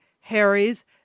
harry's